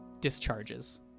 discharges